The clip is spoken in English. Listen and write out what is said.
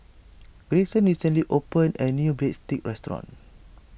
Grayson recently opened a new Breadsticks restaurant